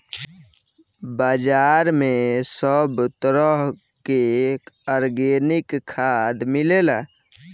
बाजार में सब तरह के आर्गेनिक खाद मिलेला